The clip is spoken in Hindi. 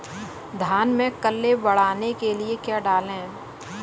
धान में कल्ले बढ़ाने के लिए क्या डालें?